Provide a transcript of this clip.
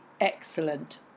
excellent